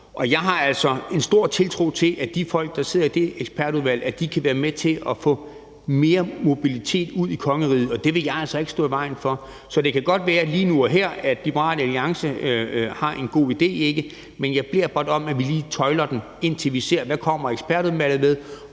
jeg har altså stor tiltro til, at de folk, der sidder i det ekspertudvalg, kan være med til at få mere mobilitet ud i kongeriget, og det vil jeg altså ikke stå i vejen for. Så det kan godt være, at Liberal Alliance lige nu og her har en god idé, men jeg beder blot om, at vi lige tøjler den, indtil vi har set, hvad ekspertudvalget kommer med,